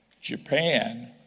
Japan